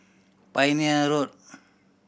Pioneer Road